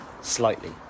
slightly